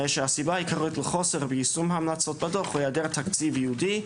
שהסיבה העיקרית לחוסר ביישום המלצות הדוח היא היעדר תקציב ייעודי.